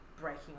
breaking